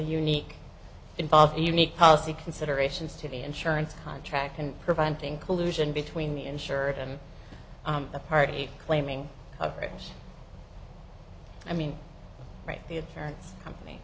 unique involves unique policy considerations to the insurance contract and preventing collusion between the insured and the party claiming coverage i mean the appearance company